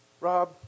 Rob